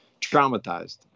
traumatized